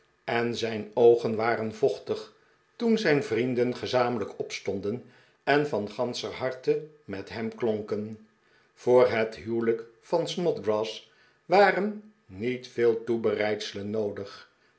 en zijn oogen waren vochtig toen zijn vrienden gezamenlijk opstonden en van ganscher harte met hem klonken voor het huwelijk van snodgrass waren niet veel toebereidselen noodig